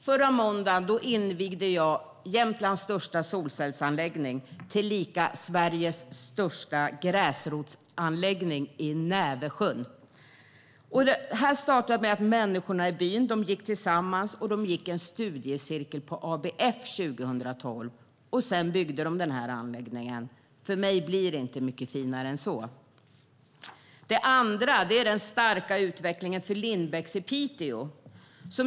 Förra måndagen invigde jag Jämtlands största solcellsanläggning, tillika Sveriges största gräsrotsanläggning, i Näversjön. Det startade med att människorna i byn tillsammans gick en studiecirkel på ABF 2012. Sedan byggde de anläggningen. För mig blir det inte mycket finare än så. Det andra är den starka utvecklingen för Lindbäcks i Piteå.